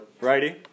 righty